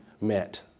met